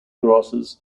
grasses